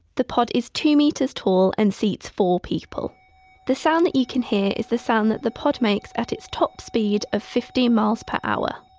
the pod is two metres tall and seats four people the sound that you can hear is the sound that the pod makes at its top speed of fifteen miles per hour.